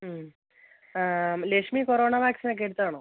Lakshmi corona വാക്സിനക്കെ എടുത്തതാണോ